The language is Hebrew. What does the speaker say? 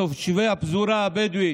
תושבי הפזורה הבדואית,